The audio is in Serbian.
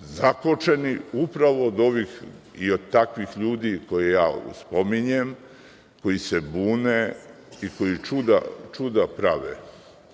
zakočeni upravo od ovih i takvih ljudi koje spominjem, koji se bune i koja čuda prave. Kažem